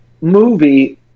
movie